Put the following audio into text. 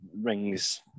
rings